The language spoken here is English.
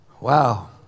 Wow